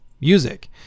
music